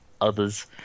others